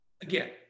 again